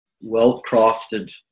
well-crafted